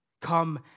Come